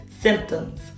symptoms